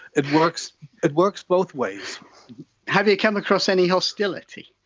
it works it works both ways have you come across any hostility?